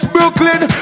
Brooklyn